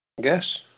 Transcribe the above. Guess